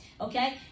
okay